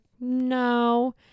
no